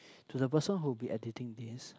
to the person who be editing this